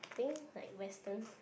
think like Western